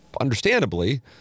understandably